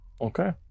Okay